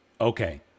Okay